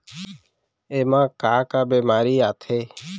एमा का का बेमारी आथे?